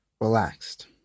relaxed